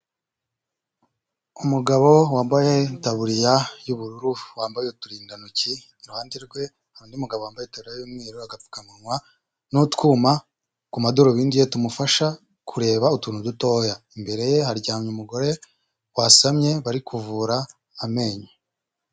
Umugabo wambaye itaburiya y'ubururu wambaye uturindantoki, iruhande rwe hari undi mugabo wambaye itaburiya y'umweru, agapfukamunwa n'utwuma ku madarubindi ye tumufasha kureba utuntu dutoya, imbere ye haryamye umugore wasamye bari kuvura amenyo.